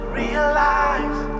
realize